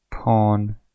Pawn